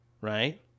right